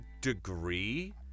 degree